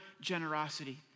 generosity